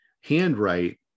handwrite